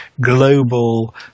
global